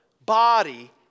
body